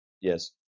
Yes